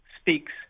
speaks